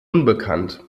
unbekannt